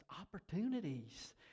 opportunities